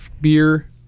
beer